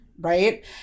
Right